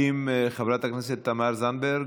האם חברת הכנסת תמר זנדברג,